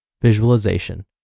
Visualization